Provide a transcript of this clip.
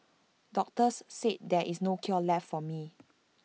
doctors said there is no cure left for me